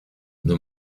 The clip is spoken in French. nos